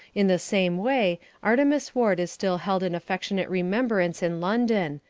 in the same way artemus ward is still held in affectionate remembrance in london,